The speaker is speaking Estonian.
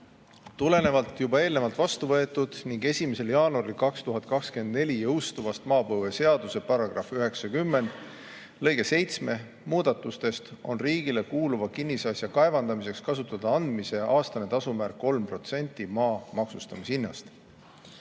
Tulenevalt juba eelnevalt vastu võetud ning 1. jaanuaril 2024 jõustuvast maapõueseaduse § 90 lõike 7 muudatustest on riigile kuuluva kinnisasja kaevandamiseks kasutada andmise aastase tasu määr 3% maa maksustamise hinnast.